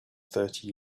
thirty